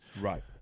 Right